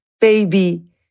baby